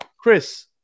Chris